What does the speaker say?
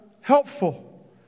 helpful